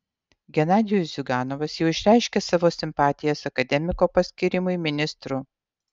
genadijus ziuganovas jau išreiškė savo simpatijas akademiko paskyrimui ministru